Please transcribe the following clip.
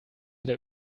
der